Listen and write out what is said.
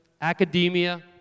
Academia